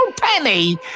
penny